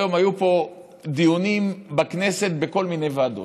היום היו פה דיונים בכנסת בכל מיני ועדות,